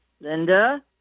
linda